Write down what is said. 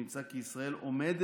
נמצא כי ישראל עומדת